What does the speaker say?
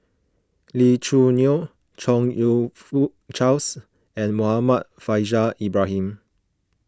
Lee Choo Neo Chong You Fook Charles and Muhammad Faishal Ibrahim